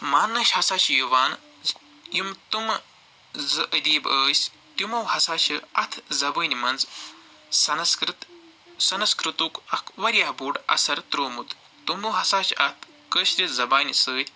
ماننہٕ ہسا چھُ یِوان یِم تٔمہٕ زٕ ادیٖب ٲسۍ تِمو ہسا چھُ اَتھ زَبٲنۍ منٛز سَنسکرٮ۪ت سَنسکرتُک اکھ واریاہ بوٚڑ اَثر تراومُت تٔمَو ہسا چھِ اکھ کٲشرِ زَبانہِ سۭتۍ